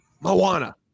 Moana